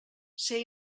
ser